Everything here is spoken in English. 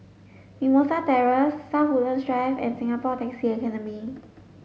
Mimosa Terrace South Woodland Drive and Singapore Taxi Academy